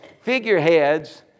figureheads